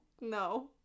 No